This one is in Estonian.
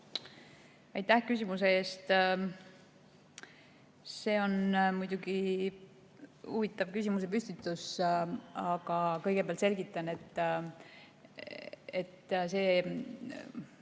Aitäh küsimuse eest! See on muidugi huvitav küsimusepüstitus. Aga kõigepealt selgitan, et see